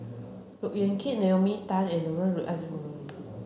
Look Yan Kit Naomi Tan and Mohammad